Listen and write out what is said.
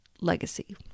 legacy